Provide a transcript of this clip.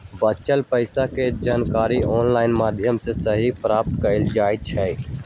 बच्चल पइसा के जानकारी ऑनलाइन माध्यमों से सेहो प्राप्त कएल जा सकैछइ